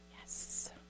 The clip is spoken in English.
Yes